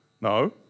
No